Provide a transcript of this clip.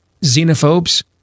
xenophobes